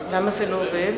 לכלול את